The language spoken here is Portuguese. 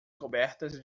cobertas